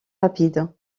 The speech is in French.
rapides